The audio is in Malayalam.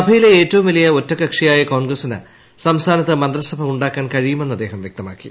സഭയിലെ ഏറ്റവും വലിയ ഒറ്റകക്ഷിയായ കോങ്ങ്ഗ്ഗ്ഗസിന് സംസ്ഥാനത്ത് മന്ത്രിസഭ ഉണ്ടാക്കാൻ കഴിയുമെന്ന് അദ്ദേഹം വ്യക്തമാക്കി